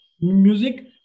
music